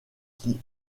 qui